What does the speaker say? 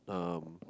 um